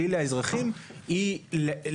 ל-70%,